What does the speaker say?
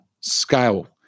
scale